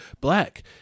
black